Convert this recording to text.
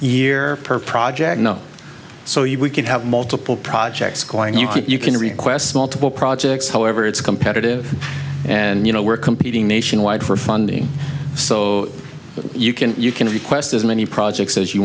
year per project not so you can have multiple projects going you can request small to pull projects however it's competitive and you know we're competing nationwide for funding so you can you can request as many projects as you